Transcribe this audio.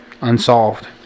Unsolved